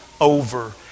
over